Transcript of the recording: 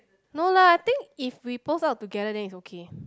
no lah I think if we post up together then is okay